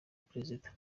perezida